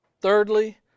Thirdly